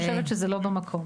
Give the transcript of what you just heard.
אני חושבת שזה לא במקום.